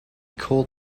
called